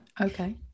okay